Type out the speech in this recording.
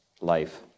life